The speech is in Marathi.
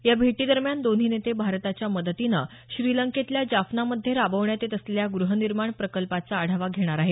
या भेटीदरम्यान दोन्ही नेते भारताच्या मदतीनं श्रीलंकेतल्या जाफनामध्ये राबवण्यात येत असलेल्या गृहनिर्माण प्रकल्पाचा आढावा घेणार आहेत